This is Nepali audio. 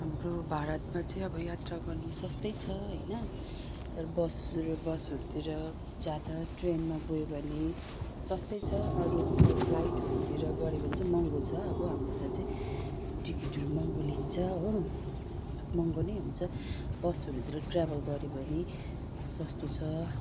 हाम्रो भारतमा चाहिँ अब यात्रा गर्नु सस्तै छ होइन तर बस उयो बसहरूतिर जाँदा ट्रेनमा गयो भने सस्तै छ अरू फ्लाइटहरूतिर गर्यो भने चाहिँ महँगो छ अब हाम्रो यता चाहिँ टिकटहरू महँगो लिन्छ हो महँगो नै हुन्छ बसहरूतिर ट्राभल गर्यो भने सस्तो छ